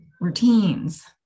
Routines